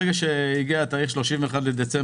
ברגע שהגיע התאריך 31.12,